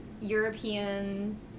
European